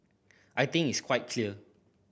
I think it's quite clear